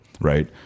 right